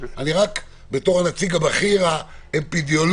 רק בתור הנציג הבכיר האפידמיולוגי,